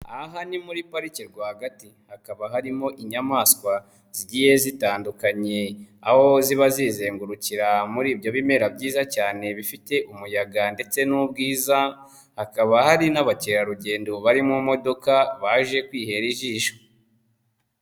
Aha ni muri pariki rwagati, hakaba harimo inyamaswa zigiye zitandukanye, aho ziba zizengurukira muri ibyo bimera byiza cyane bifite umuyaga ndetse n'ubwiza, hakaba hari n'abakerarugendo bari mu modoka baje kwihera ijisho.